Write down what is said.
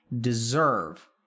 deserve